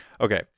Okay